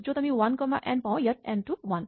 য'ত আমি one comma n পাওঁ ইয়াত এন টো ৱান